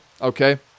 okay